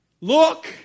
look